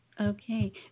Okay